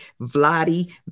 Vladi